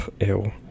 Ew